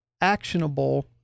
actionable